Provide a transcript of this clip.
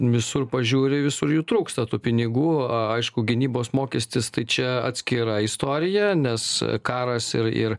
visur pažiūri visur jų trūksta tų pinigų aišku gynybos mokestis tai čia atskira istorija nes karas ir ir